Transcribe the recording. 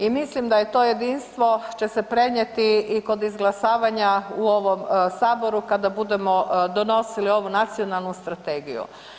I mislim da će se to jedinstvo prenijeti i kod izglasavanja u ovom Saboru kada budemo donosili ovu Nacionalnu strategiju.